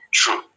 true